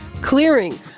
clearing